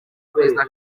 perezida